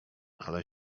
ale